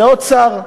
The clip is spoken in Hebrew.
זה עוד שר,